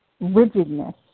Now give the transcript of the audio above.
rigidness